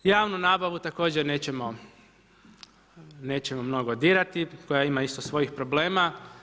Javnu nabavu također nećemo mnogo dirati, koja ima isto svojih problema.